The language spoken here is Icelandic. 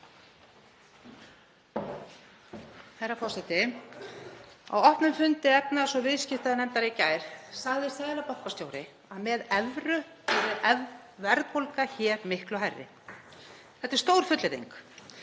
Herra forseti. Á opnum fundi efnahags- og viðskiptanefndar í gær sagði seðlabankastjóri að með evru yrði verðbólga hér miklu hærri. Þetta er stór fullyrðing.